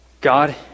God